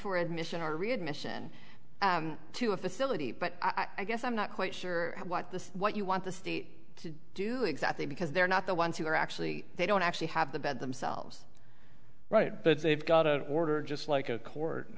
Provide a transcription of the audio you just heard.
for admission or readmission to a facility but i guess i'm not quite sure what the what you want the state to do exactly because they're not the ones who are actually they don't actually have the bed themselves right but they've got a order just like a court